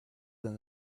than